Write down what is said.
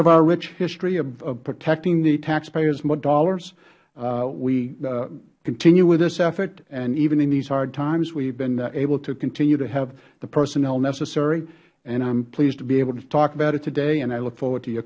of our rich history of protecting the taxpayers dollars we continue with this effort and even in these hard times we have been able to continue to have the personnel necessary i am pleased to be able to talk about it today and i look forward to your